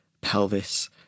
pelvis